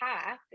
path